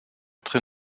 très